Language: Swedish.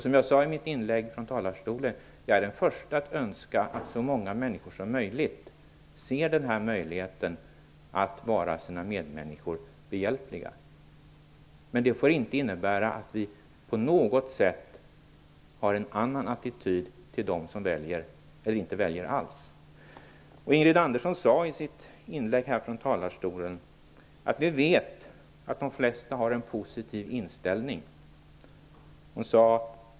Som jag sade i mitt inlägg från talarstolen är jag den förste att önska att så många människor som möjligt ser den här möjligheten att vara sina medmänniskor behjälpliga. Men det får inte innebära att vi har en annan attityd till dem som gör ett annat val eller inte gör något val alls. Ingrid Andersson sade i sitt inlägg från kammarens talarstol att vi vet att de flesta har en positiv inställning.